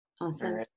Awesome